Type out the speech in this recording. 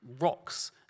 rocks